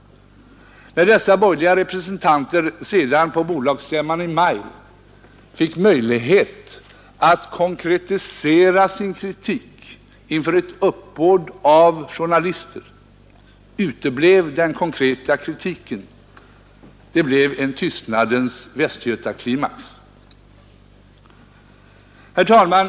När sedan dessa borgerliga representanter på bolagsstämman i maj fick möjlighet att inför ett uppbåd av journalister konkretisera sin kritik, uteblev en sådan konkret kritik. Det blev en tystnadens västgötaklimax.